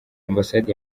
ambasade